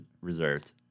reserved